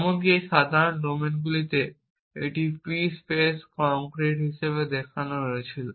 এমনকি এই সাধারণ ডোমেইনগুলিতে এটি পি স্পেস কংক্রিট হিসাবে দেখানো হয়েছিল